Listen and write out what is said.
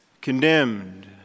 condemned